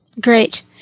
Great